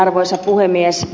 arvoisa puhemies